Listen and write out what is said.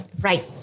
right